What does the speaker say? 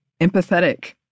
empathetic